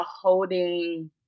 holding